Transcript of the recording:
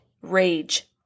rage